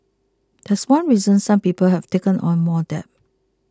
that's one reason some people have taken on more debt